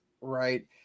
right